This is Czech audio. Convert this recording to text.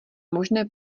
možné